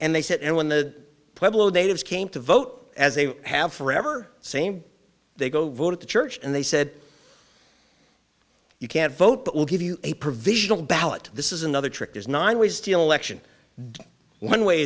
and they said and when the natives came to vote as they have forever same they go vote at the church and they said you can't vote but we'll give you a provisional ballot this is another trick is nine ways to election one way